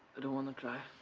i don't wanna try.